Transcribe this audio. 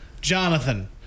Jonathan